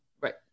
Right